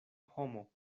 homo